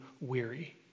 weary